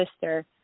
sister